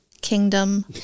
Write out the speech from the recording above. kingdom